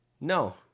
No